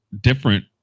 different